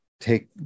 take